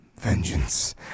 Vengeance